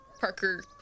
Parker